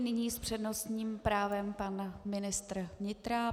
Nyní s přednostním právem pan ministr vnitra.